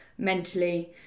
mentally